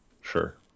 Sure